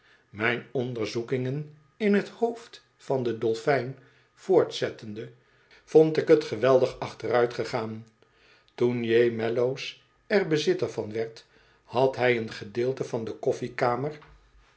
mijne onderzoekingen in t hoofd van den dolfijn voortzettende vond ik t geweldig achteruitgegaan toen j mellows er bezitter van werd had hij een gedeelte van de